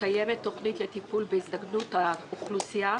קיימת תוכנית לטיפול בהזדקנות האוכלוסייה?